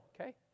okay